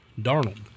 Darnold